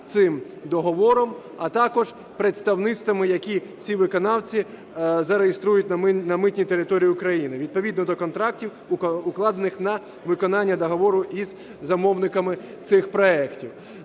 цим договором, а також представництвами, які цих виконавців зареєструють на митній території України відповідно до контрактів, укладених на виконання договору із замовниками цих проектів.